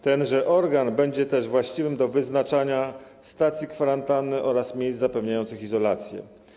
Tenże organ będzie też właściwy do wyznaczania stacji kwarantanny oraz miejsc zapewniających izolację.